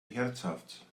herzhaft